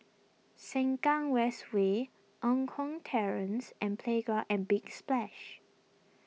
Sengkang West Way Eng Kong Terrace and Playground at Big Splash